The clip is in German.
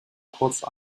kurze